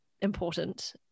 important